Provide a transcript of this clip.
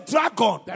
Dragon